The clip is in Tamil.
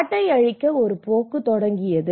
காட்டை அழிக்க ஒரு போக்கு தொடங்கியது